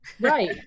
Right